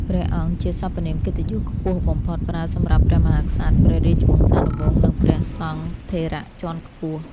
ព្រះអង្គ ជាសព្វនាមកិត្តិយសខ្ពស់បំផុត ប្រើសម្រាប់ព្រះមហាក្សត្រ ព្រះរាជវង្សានុវង្ស និងព្រះសង្ឃថេរៈជាន់ខ្ពស់។